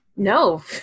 No